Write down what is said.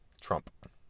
Trump